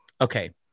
okay